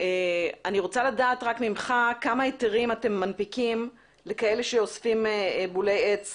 אני רוצה לדעת ממך כמה היתרים אתם מנפיקים לכאלה שאוספים בולי עץ